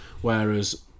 Whereas